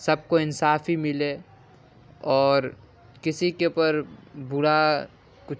سب کو انصافی ملے اور کسی کے اوپر برا کچھ